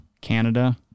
canada